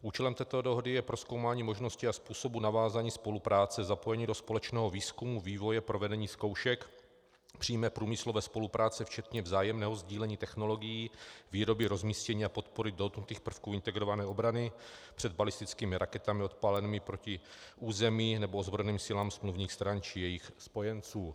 Účelem této dohody je prozkoumání možnosti a způsobu navázání spolupráce, zapojení do společného výzkumu, vývoje, provedení zkoušek, přímé průmyslové spolupráce včetně vzájemného sdílení technologií, výroby, rozmístění a podpory dohodnutých prvků integrované obrany před balistickými raketami odpálenými proti území nebo ozbrojeným silám smluvních stran či jejich spojenců.